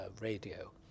radio